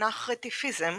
המונח רטיפיזם